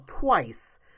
twice